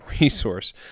resource